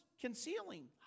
concealing